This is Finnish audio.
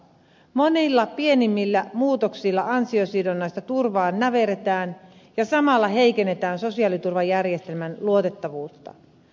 monilla pienemmillä muutoksilla ansiosidonnaista turvaa näverretään ja samalla heikennetään sosiaaliturvajärjestelmän luotettavuutta